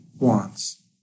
wants